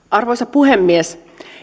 arvoisa puhemies